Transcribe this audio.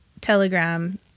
Telegram